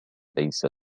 ليس